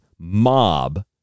mob